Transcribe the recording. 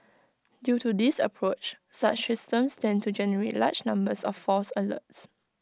due to this approach such systems tend to generate large numbers of false alerts